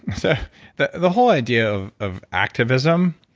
so the the whole idea of of activism,